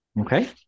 Okay